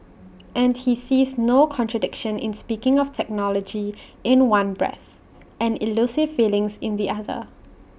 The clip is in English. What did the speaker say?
and he sees no contradiction in speaking of technology in one breath and elusive feelings in the other